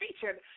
featured